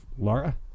Laura